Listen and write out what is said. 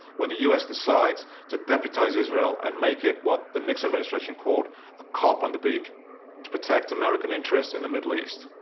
when the us decides to deputize israel and make it what the nixon administration called a icop on the beati to protect american interests in the middle east,